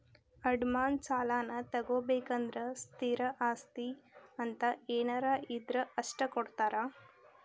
ಅಡಮಾನ ಸಾಲಾನಾ ತೊಗೋಬೇಕಂದ್ರ ಸ್ಥಿರ ಆಸ್ತಿ ಅಂತ ಏನಾರ ಇದ್ರ ಅಷ್ಟ ಕೊಡ್ತಾರಾ